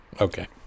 Okay